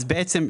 סעיף (2)